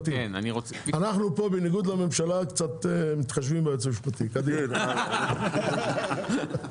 שרים לחקיקה ואנחנו ננסה להעביר את זה כמה שיותר מהר.